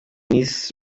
miss